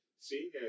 See